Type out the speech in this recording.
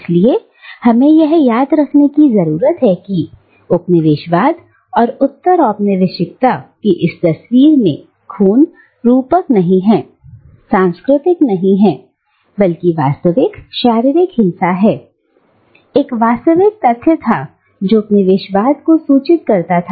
इसलिए हमें यह याद रखने की जरूरत है कि उपनिवेशवाद और उत्तर औपनिवेशिकता की इस तस्वीर में खून रूपक नहीं है सांस्कृतिक नहीं है बल्कि वास्तविक शारीरिक हिंसा है एक वास्तविक तथ्य था जो उपनिवेशवाद को सूचित करता था